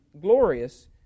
glorious